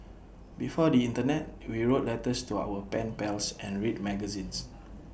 before the Internet we wrote letters to our pen pals and read magazines